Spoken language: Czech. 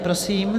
Prosím.